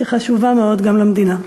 שהיא חשובה מאוד גם למדינה.